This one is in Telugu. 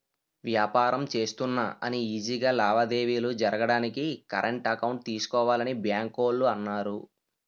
వ్యాపారం చేస్తున్నా అని ఈజీ గా లావాదేవీలు జరగడానికి కరెంట్ అకౌంట్ తీసుకోవాలని బాంకోల్లు అన్నారు